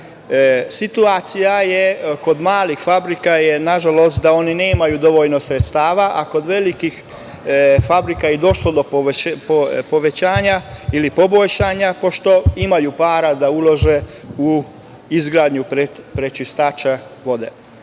Situacija je kod malih fabrika da nažalost one nemaju dovoljno sredstava, a kod velikih fabrika je došlo do povećanja ili poboljšanja pošto imaju para da ulože u izgradnju prečistača